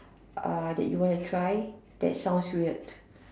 uh that you want to try that sounds weird